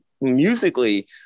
Musically